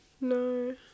no